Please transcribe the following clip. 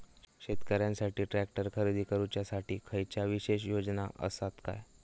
शेतकऱ्यांकसाठी ट्रॅक्टर खरेदी करुच्या साठी खयच्या विशेष योजना असात काय?